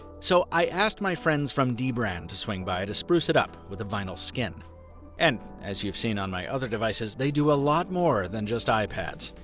so, i asked my friends from dbrand to swing by to spruce it up with a vinyl skin and as you've seen on my other devices, they do a lot more than just ipads.